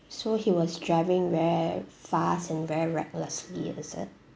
so he was driving very fast and very reckless is it